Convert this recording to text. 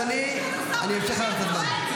בצד השני אתה לא שומע את הצועקים?